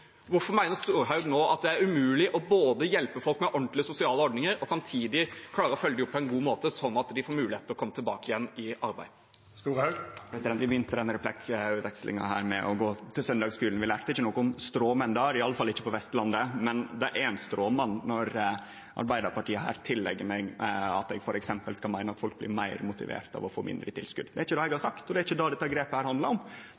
hvorfor mener Storehaug da at det er umulig både å hjelpe folk med ordentlige sosiale ordninger og samtidig klare å følge dem opp på en god måte, sånn at de får muligheten til å komme tilbake i arbeid? Vi begynte denne replikkvekslinga med søndagsskulen. Vi lærte ikkje noko om stråmenn der, i alle fall ikkje på Vestlandet, men det er ein stråmann når Arbeidarpartiet her tillegg meg at eg f.eks. skal meine at folk blir meir motiverte av å få mindre i tilskot. Det er ikkje det eg har sagt, og det er ikkje det dette grepet handlar om.